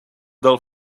del